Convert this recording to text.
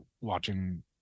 watching